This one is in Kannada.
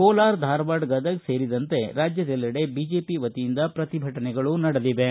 ಕೋಲಾರ ಧಾರವಾಡ ಗದಗ ಸೇರಿದಂತೆ ರಾಜ್ಯದೆಲ್ಲೆಡ ಬಿಜೆಪಿ ವತಿಯಿಂದ ಪ್ರತಿಭಟನೆಗಳು ನಡೆದಿವೆ